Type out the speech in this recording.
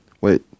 Wait